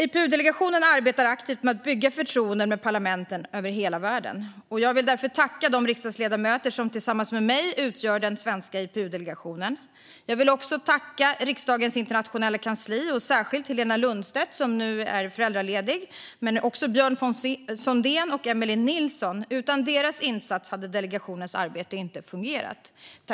IPU-delegationen arbetar aktivt med att bygga förtroende med parlament över hela världen. Jag vill därför tacka de riksdagsledamöter som tillsammans med mig utgör den svenska IPU-delegationen. Jag vill också tacka riksdagens internationella kansli, särskilt Helena Lundstedt, som nu är föräldraledig, men även Björn Sondén och Emelie Nilsson. Utan deras insats hade delegationens arbete inte fungerat.